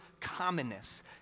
commonness